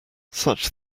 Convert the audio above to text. such